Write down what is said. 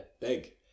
Big